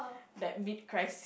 that mid crisis